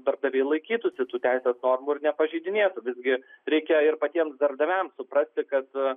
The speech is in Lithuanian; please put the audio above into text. darbdaviai laikytųsi tų teisės normų ir nepažeidinėtų visgi reikia ir patiems darbdaviams suprasti kad